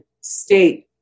state